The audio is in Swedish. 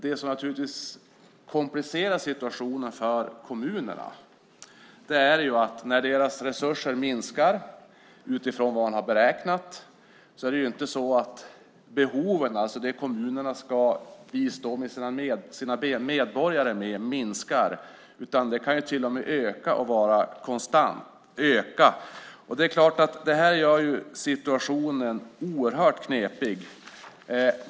Det som komplicerar situationen för kommunerna är att när deras resurser minskar utifrån vad man har beräknat minskar inte behoven, alltså det som kommunerna ska bistå sina medborgare med, utan det kan till och med öka. Detta gör situationen oerhört knepig.